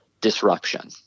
disruption